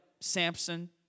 Samson